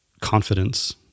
confidence